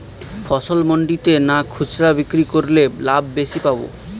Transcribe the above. ফসল মন্ডিতে না খুচরা বিক্রি করলে লাভ বেশি পাব?